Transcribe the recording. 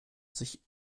sich